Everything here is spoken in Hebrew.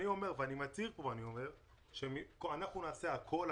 אני מצהיר כאן ואומר שאנחנו נעשה הכול,